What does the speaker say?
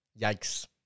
Yikes